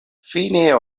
fine